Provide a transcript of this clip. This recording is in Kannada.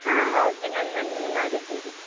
ಹಾಂ ಹೌದು ರೀ ಮ್ಯಾಮ್ ಮೊನ್ನೆನೇ ಮಾಡಿದ್ದೆ ರೀ